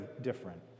different